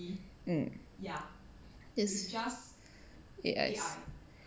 um this A_I